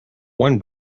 one